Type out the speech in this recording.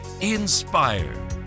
Inspire